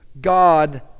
God